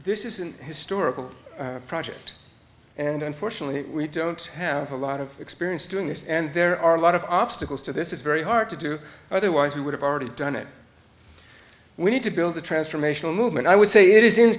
this is an historical project and unfortunately we don't have a lot of experience doing this and there are a lot of obstacles to this is very hard to do otherwise we would have already done it we need to build a transformational movement i would say it is in